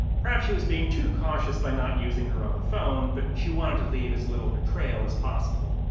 perhaps she was being too cautious by not using her own phone, but she wanted to leave as little of a trail as possible.